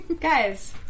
Guys